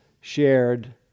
shared